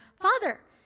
Father